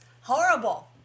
horrible